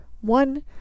one